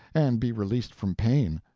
and be released from pain.